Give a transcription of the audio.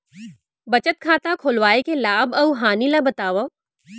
बचत खाता खोलवाय के लाभ अऊ हानि ला बतावव?